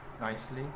nicely